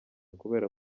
kubera